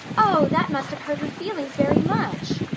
oh, that must have hurt her feelings very much,